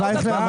הרב אייכלר,